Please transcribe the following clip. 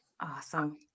Awesome